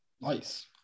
Nice